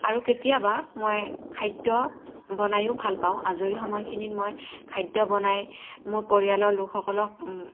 আৰু কেতিয়াবা মই খাদ্য বনায়ো ভাল পাওঁ আজৰি সময়খিনিত মই খাদ্য বনাই মোৰ পৰিয়ালৰ লোকসকলক